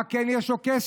למה כן יש לו כסף?